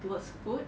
towards food